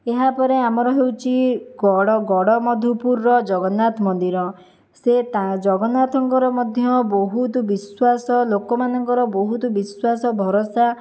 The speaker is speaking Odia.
ଏହାପରେ ଆମର ହେଉଛି ଗଡ଼ମଧୁପୁରର ଜଗନ୍ନାଥ ମନ୍ଦିର ସେ ଜଗନ୍ନାଥଙ୍କର ମଧ୍ୟ ବହୁତ ବିଶ୍ୱାସ ଲୋକମାନଙ୍କର ବହୁତ ବିଶ୍ୱାସ ଭରଷା